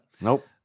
Nope